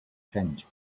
tent